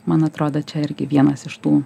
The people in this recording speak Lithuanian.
man atrodo čia irgi vienas iš tų